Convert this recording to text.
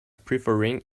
preferring